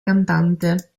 cantante